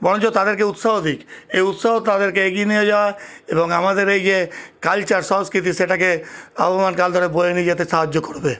বরঞ্চ তাদেরকে উৎসাহ দিক এই উৎসাহ তাদেরকে এগিয়ে নিয়ে যাওয়া এবং আমাদের এই যে কালচার সংস্কৃতি সেটাকে আবহমানকাল ধরে বয়ে নিয়ে যেতে সাহায্য করবে